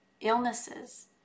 illnesses